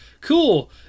cool